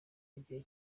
igihe